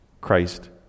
Christ